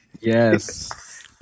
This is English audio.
Yes